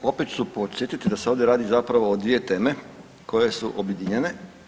Opet ću podsjetiti da se ovdje radi zapravo o dvije teme koje su objedinjene.